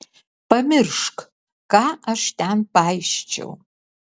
pamiršk ką aš ten paisčiau